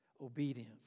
obedience